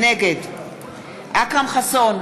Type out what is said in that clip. נגד אכרם חסון,